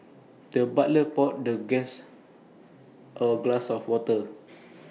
the butler poured the guest A glass of water